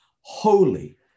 holy